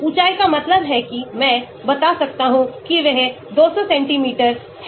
ऊंचाई का मतलब है कि मैं बता सकता हूं कि वह 200 सेंटीमीटर है